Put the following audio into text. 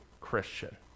Christian